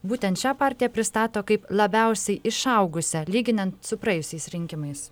būtent šią partiją pristato kaip labiausiai išaugusią lyginant su praėjusiais rinkimais